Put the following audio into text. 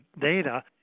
data